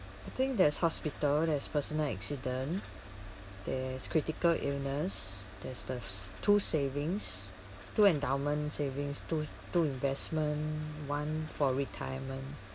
I think there's hospital there's personal accident there's critical illness there's the two savings two endowment savings two two investment one for retirement